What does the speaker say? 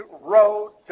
road